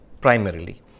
primarily